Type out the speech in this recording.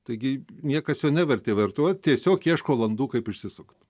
taigi niekas jo nevertė vartot tiesiog ieško landų kaip išsisukt